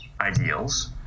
ideals